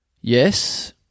Yes